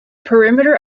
perimeter